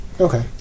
Okay